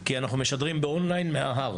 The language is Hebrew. כי אנחנו משדרים באונליין מההר.